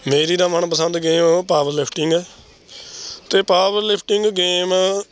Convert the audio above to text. ਮੇਰੀ ਤਾਂ ਮਨ ਪਸੰਦ ਗੇਮ ਪਾਵਰਲਿਫਟਿੰਗ ਹੈ ਅਤੇ ਪਾਵਰਲਿਫਟਿੰਗ ਗੇਮ